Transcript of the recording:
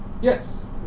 Yes